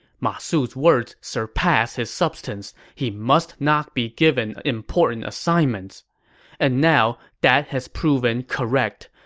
ma su's words surpass his substance he must not be given important assignments and now, that has proven correct.